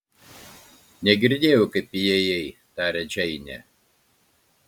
negirdėjau kaip įėjai tarė džeinė